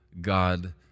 God